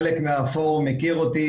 חלק מהפורום מכיר אותי,